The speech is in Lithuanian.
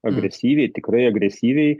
agresyviai tikrai agresyviai